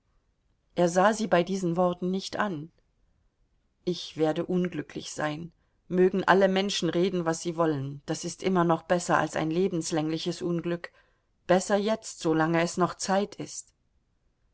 er sah sie bei diesen worten nicht an ich werde unglücklich sein mögen alle menschen reden was sie wollen das ist immer noch besser als ein lebenslängliches unglück besser jetzt solange es noch zeit ist